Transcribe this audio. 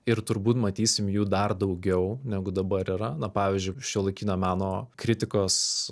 ir turbūt matysim jų dar daugiau negu dabar yra na pavyzdžiui šiuolaikinio meno kritikos